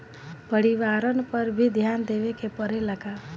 परिवारन पर भी ध्यान देवे के परेला का?